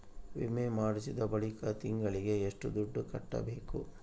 ವಿಮೆ ಮಾಡಿಸಿದ ಬಳಿಕ ತಿಂಗಳಿಗೆ ಎಷ್ಟು ದುಡ್ಡು ಕಟ್ಟಬೇಕು?